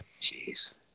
Jeez